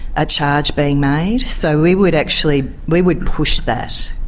a charge being made. so we would actually, we would push that.